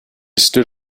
stood